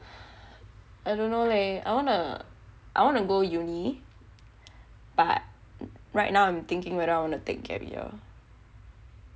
I don't know leh I wanna I want to go uni but right now I'm thinking whether I want to take gap year